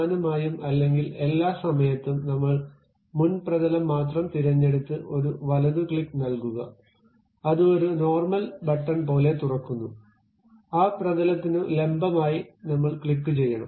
പ്രധാനമായും അല്ലെങ്കിൽ എല്ലാ സമയത്തും നമ്മൾ മുൻ പ്രതലം മാത്രം തിരഞ്ഞെടുത്ത് ഒരു വലത് ക്ലിക്ക് നൽകുക അത് ഒരു നോർമൽ ബട്ടൺ പോലെ തുറക്കുന്നു ആ പ്രതലത്തിനു ലംബമായി നമ്മൾ ക്ലിക്കുചെയ്യണം